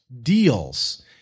deals